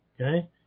okay